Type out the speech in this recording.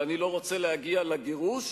ואני לא רוצה להגיע לגירוש